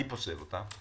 אני פוסל אותם.